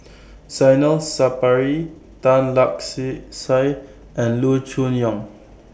Zainal Sapari Tan Lark See Sye and Loo Choon Yong